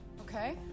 Okay